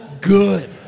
good